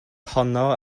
honno